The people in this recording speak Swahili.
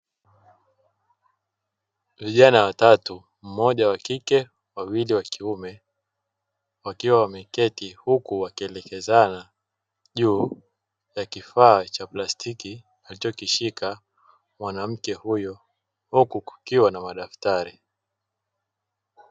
vijana watatu, mmoja wa kike wawili wa kiume wakiwa wameketi huku wakielezana juu ya kifaa cha plastiki alichokishika mwanamke huyu, huku kukiwa na madaftari.